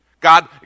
God